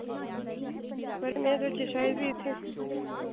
पर में सोचेआ शायद फ्ही इत्थै